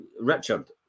Richard